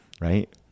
right